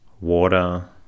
water